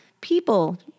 people